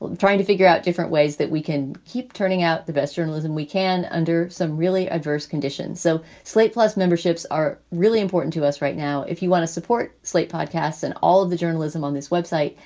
trying to figure out different ways that we can keep turning out the best journalism we can under some really adverse conditions. so slate plus memberships are really important to us right now. if you want to support slate podcasts and all of the journalism on this website,